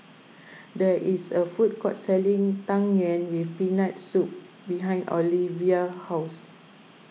there is a food court selling Tang Yuen with Peanut Soup behind Olivia's house